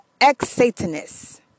ex-satanist